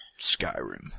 Skyrim